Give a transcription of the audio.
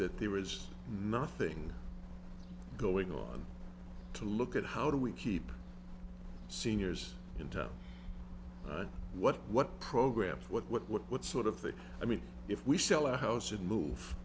that there is nothing going on to look at how do we keep seniors into what what programs what what what what sort of thing i mean if we sell our house and move